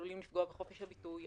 עלולים לפגוע בחופש הביטוי,